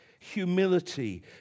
humility